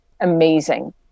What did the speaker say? amazing